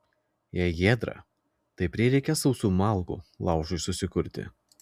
jei giedra tai prireikia sausų malkų laužui susikurti